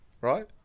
right